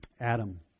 Adam